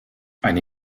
eine